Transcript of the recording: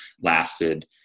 lasted